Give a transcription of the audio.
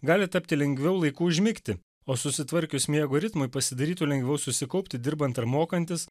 gali tapti lengviau laiku užmigti o susitvarkius miego ritmui pasidarytų lengviau susikaupti dirbant ar mokantis